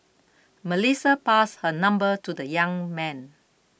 Melissa passed her number to the young man